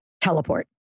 Teleport